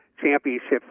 championships